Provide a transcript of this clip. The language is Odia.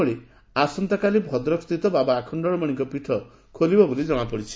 ସେହିଭଳି ଆସନ୍ତାକାଲି ଭଦ୍ରକସ୍ଥିତ ବାବା ଆଖଶ୍ତଳମଣିଙ୍କ ପୀଠ ଖୋଲିବ ବୋଲି ଜଣାପଡିଛି